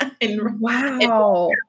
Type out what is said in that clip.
Wow